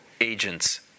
agents